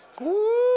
Woo